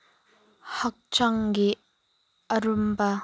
ꯍꯛꯆꯥꯡꯒꯤ ꯑꯔꯨꯝꯕ